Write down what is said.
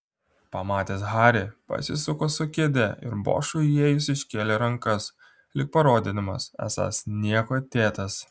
pamatęs harį pasisuko su kėde ir bošui įėjus iškėlė rankas lyg parodydamas esąs niekuo dėtas